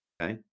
okay